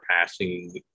passing